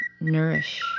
nourish